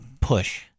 push